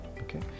okay